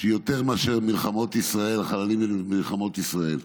שהיא יותר מאשר החללים במלחמות ישראל.